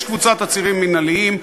יש קבוצת עצירים מינהליים,